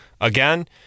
Again